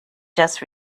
just